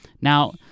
Now